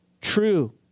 true